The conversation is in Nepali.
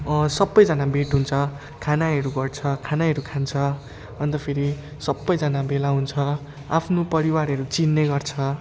सबैजना भेट हुन्छ खानाहरू गर्छ खानाहरू खान्छ अन्त फेरि सबैजना भेला हुन्छ आफ्नो परिवारहरू चिन्ने गर्छ